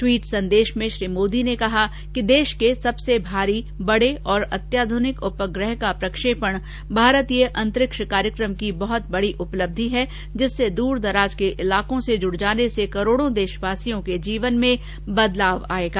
tweet संदेश में श्री मोदी ने कहा कि देश के सबसे भारी बड़े और अत्याध्रनिक उपग्रह का प्रक्षेपण भारतीय अन्तरिक्ष कार्यक्रम की बहत बड़ी उपलब्धि है जिससे द्रदराज के इलाकों के जुड़ जाने से करोड़ों देशवासियों के जीवन में बदलाव आयेगा